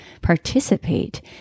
participate